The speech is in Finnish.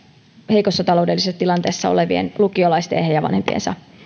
heikossa taloudellisessa tilanteessa olevien lukiolaisten ja heidän vanhempiensa